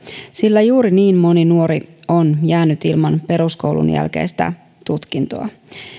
sillä juuri niin moni nuori on jäänyt ilman peruskoulun jälkeistä tutkintoa